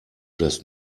das